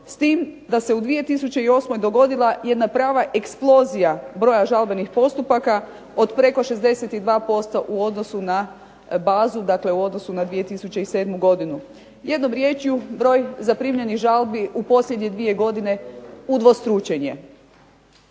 s tim da se u 2008. dogodila jedna prava eksplozija broja žalbenih postupaka od preko 62% u odnosu na bazu, dakle u odnosu na 2007. godinu. Jednom riječju broj zaprimljenih u posljednjih 2 godine udvostručen je.